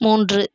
மூன்று